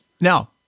now